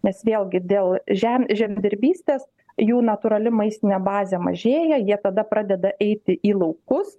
nes vėlgi dėl žem žemdirbystės jų natūrali maistinė bazė mažėja jie tada pradeda eiti į laukus